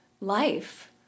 life